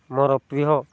ମୋର ପ୍ରିୟ